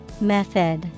Method